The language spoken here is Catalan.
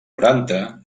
noranta